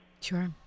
Sure